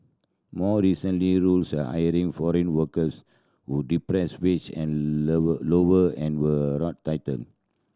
more recently rules hiring foreign workers who depress wage and level lower end were tightened